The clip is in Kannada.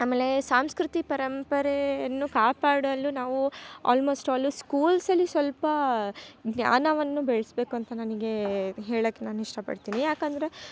ಆಮೇಲೆ ಸಂಸ್ಕೃತಿ ಪರಂಪರೆಯನ್ನು ಕಾಪಾಡಲು ನಾವು ಆಲ್ಮೋಸ್ಟ್ ಆಲು ಸ್ಕೂಲ್ಸಲ್ಲಿ ಸ್ವಲ್ಪ ಜ್ಞಾನವನ್ನು ಬೆಳ್ಸ್ಬೇಕು ಅಂತ ನನಗೆ ಹೇಳಕೆ ನಾನು ಇಷ್ಟ ಪಡ್ತೀನಿ ಯಾಕಂದರೆ